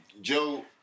Joe